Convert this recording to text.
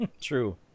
true